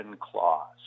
clause